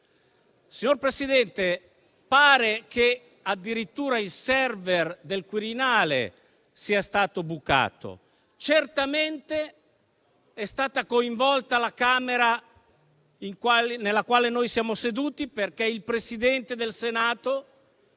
dossierata. Pare che addirittura il *server* del Quirinale sia stato bucato. Certamente è stata coinvolta la Camera nella quale siamo seduti, perché il Presidente del Senato,